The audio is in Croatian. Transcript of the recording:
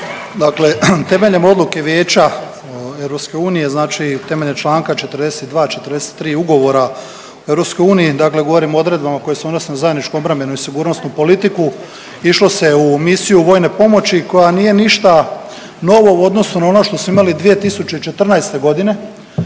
Dakle temeljem odluke Vijeća EU znači temeljem čl. 42, 43 Ugovora o Europskoj uniji, dakle govorim o odredbama koje se odnose na zajedničku obrambenu i sigurnosnu politiku, išlo se u misiju vojne pomoći koja nije ništa novo u odnosu na ono što smo imali 2014. g.